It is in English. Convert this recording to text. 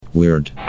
Weird